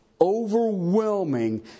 overwhelming